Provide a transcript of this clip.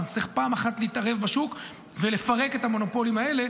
ופעם אחת נצטרך להתערב בשוק ולפרק את המונופולים האלה,